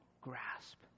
grasp